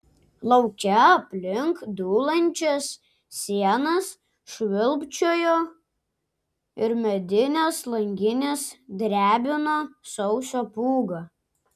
lauke aplink dūlančias sienas švilpčiojo ir medines langines drebino sausio pūga